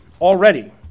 already